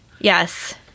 Yes